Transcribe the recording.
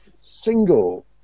single